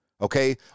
okay